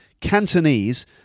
Cantonese